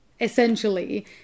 essentially